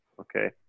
Okay